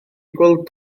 gweld